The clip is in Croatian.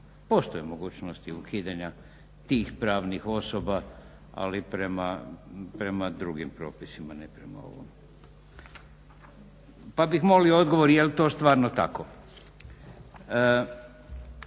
Postoje mogućnosti ukidanja tih pravnih osoba ali prema drugim propisima ne prema ovome. Pa bih molio odgovor jest to stvarno tako.